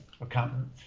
accountant